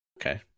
Okay